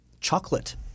chocolate